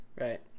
Right